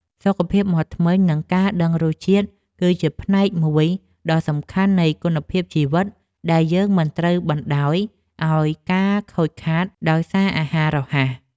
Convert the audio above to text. សុខភាពមាត់ធ្មេញ និងការដឹងរសជាតិគឺជាផ្នែកមួយដ៏សំខាន់នៃគុណភាពជីវិតដែលយើងមិនត្រូវបណ្តោយឲ្យរងការខូចខាតដោយសារអាហាររហ័ស។